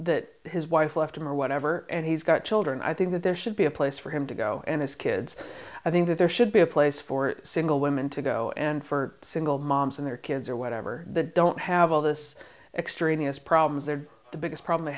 that his wife left him or whatever and he's got children i think that there should be a place for him to go and his kids i think that there should be a place for single women to go and for single moms and their kids or whatever the don't have all this extraneous problems they're the biggest problem i